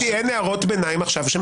אמרתי אין הערות ביניים עכשיו.